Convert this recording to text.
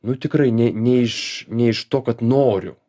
nu tikrai ne ne iš ne iš to kad noriu